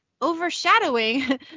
overshadowing